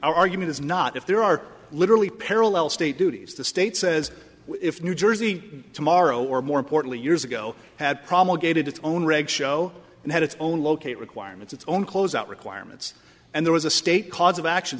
argument is not if there are literally parallel state duties the state says if new jersey tomorrow or more importantly years ago had promulgated its own regs show and had its own locate requirements its own close out requirements and there was a state cause of action